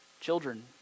Children